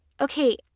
okay